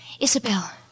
Isabel